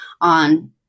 on